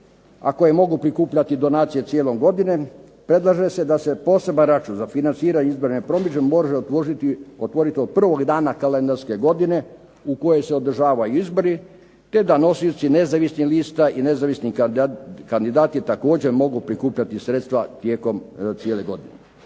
koje mogu prikupljati donacije cijele godine predlaže se da se poseban račun za financiranje izborne promidžbe može otvoriti od prvog dana kalendarske godine u kojoj se održavaju izbori te da nosioci nezavisnih lista i nezavisni kandidati također mogu prikupljati sredstva tijekom cijele godine.